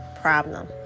problem